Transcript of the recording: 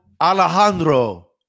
Alejandro